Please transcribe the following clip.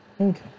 Okay